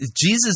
Jesus